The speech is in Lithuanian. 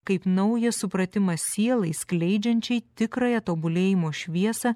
kaip naujas supratimas sielai skleidžiančiai tikrąją tobulėjimo šviesą